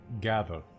gather